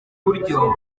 uburyo